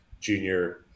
junior